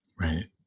Right